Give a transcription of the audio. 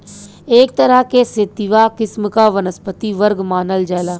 एक तरह क सेतिवा किस्म क वनस्पति वर्ग मानल जाला